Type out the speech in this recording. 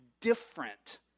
different